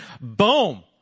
boom